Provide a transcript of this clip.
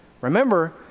Remember